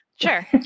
Sure